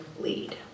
lead